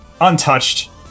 untouched